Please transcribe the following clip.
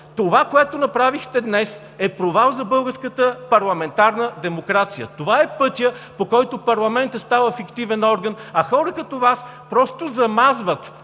Това, което направихте днес, е провал за българската парламентарна демокрация! Това е пътят, по който парламентът става фиктивен орган, а хора като Вас просто замазват